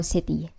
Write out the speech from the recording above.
City